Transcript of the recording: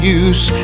use